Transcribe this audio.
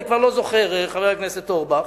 אני כבר לא זוכר, חבר הכנסת אורבך.